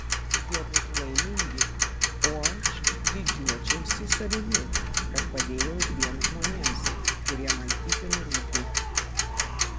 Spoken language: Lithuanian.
jie būtų laimingi o aš didžiuočiausi savimi kad padėjau dviem žmonėms kurie man itin rūpi